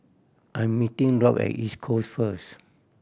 I'm meeting Rob at East Coast first